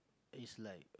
is like